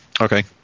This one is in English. Okay